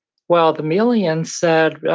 well, the melians said,